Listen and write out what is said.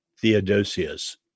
Theodosius